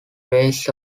ways